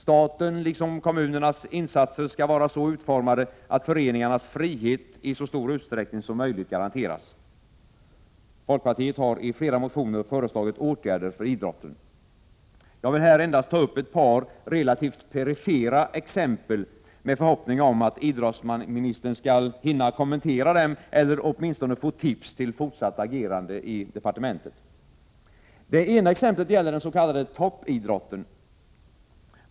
Statens — liksom kommunernas — insatser skall vara så utformade att föreningarnas frihet i så stor utsträckning som möjligt garanteras. Folkpartiet har i flera motioner föreslagit åtgärder för idrotten. Jag vill här endast ta upp ett par relativt perifera exempel, med förhoppning om att idrottsministern skall hinna kommentera dem — eller åtminstone få tips till fortsatt agerande i departementet. Det ena exemplet gäller den s.k. toppidrotten.